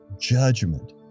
judgment